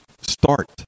start